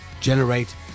generate